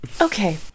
Okay